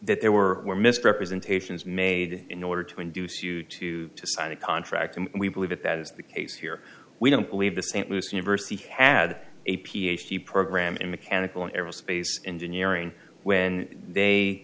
that there were were misrepresentations made in order to induce you to sign a contract and we believe that that is the case here we don't believe the st louis university had a ph d program in mechanical aerospace engineering when